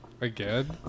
Again